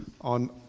on